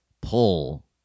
pull